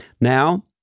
Now